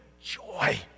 Joy